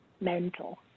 mental